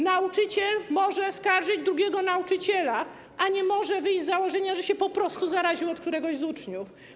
Nauczyciel może skarżyć drugiego nauczyciela, a nie może wyjść z założenia, że po prostu zaraził się od któregoś z uczniów.